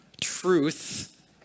truth